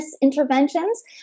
interventions